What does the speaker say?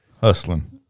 Hustling